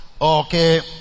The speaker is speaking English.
Okay